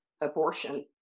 abortion